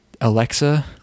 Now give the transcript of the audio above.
Alexa